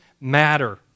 matter